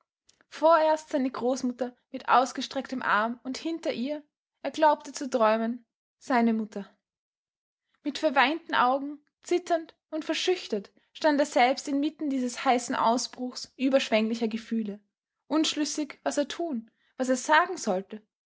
vorerst seine großmutter mit ausgestrecktem arm und hinter ihr er glaubte zu träumen seine mutter mit verweinten augen zitternd und verschüchtert stand er selbst inmitten dieses heißen ausbruchs überschwenglicher gefühle unschlüssig was er tun was er sagen sollte